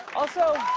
also